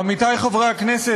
עמיתי חברי הכנסת,